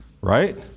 right